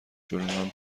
جلومن